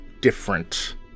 different